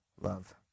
love